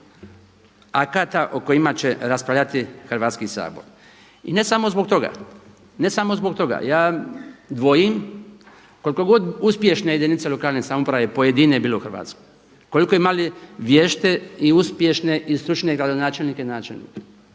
akata o kojima će raspravljati Hrvatski sabor. I ne samo zbog toga, ne samo zbog toga ja dvojim koliko god uspješne jedinice lokalne samouprave pojedine bile u Hrvatskoj, koliko imali vješte i uspješne i stručne gradonačelnike i načelnike.